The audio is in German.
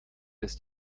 ist